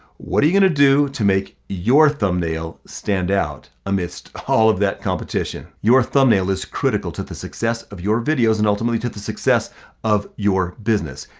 what are you gonna do to make your thumbnail stand out amidst all of that competition? your thumbnail is critical to the success of your videos and ultimately to the success of your business.